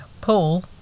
Paul